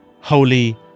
Holy